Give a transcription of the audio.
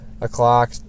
o'clock